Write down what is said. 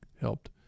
helped